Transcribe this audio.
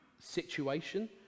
situation